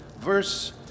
verse